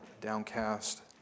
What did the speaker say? downcast